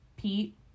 Pete